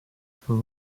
for